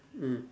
mm